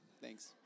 thanks